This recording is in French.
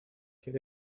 quel